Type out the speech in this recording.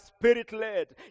spirit-led